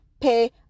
pay